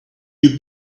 you